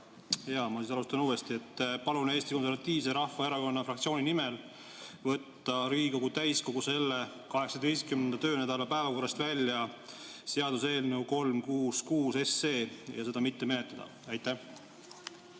Ma siis alustan uuesti. Palun Eesti Konservatiivse Rahvaerakonna fraktsiooni nimel võtta Riigikogu täiskogu selle, 18. töönädala päevakorrast välja seaduseelnõu 366 ja seda mitte menetleda. Aitäh!